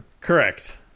Correct